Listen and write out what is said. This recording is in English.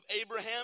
Abraham